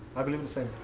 i believe the same.